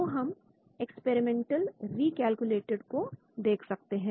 तो हम experimental recalculated को देख सकते हैं